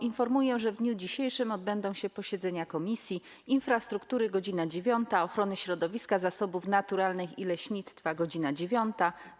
Informuję, że w dniu dzisiejszym odbędą się posiedzenia Komisji: - Infrastruktury - godz. 9, - Ochrony Środowiska, Zasobów Naturalnych i Leśnictwa - godz. 9,